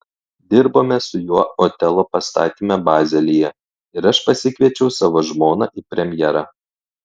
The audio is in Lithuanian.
dirbome su juo otelo pastatyme bazelyje ir aš pasikviečiau savo žmoną į premjerą